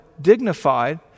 dignified